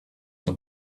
have